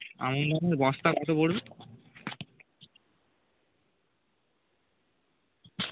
আমন ধানের বস্তা কত পড়বে